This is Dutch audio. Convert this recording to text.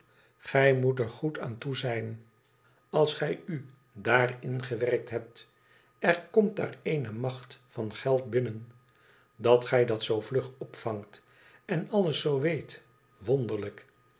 igij moet er goed aan toe zijn als gij u aén ingewerkt hebt er komt daar eene macht van geld binnen dat gij dat zoo vlug opvangt en alles zoo weet wonderlijk